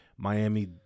Miami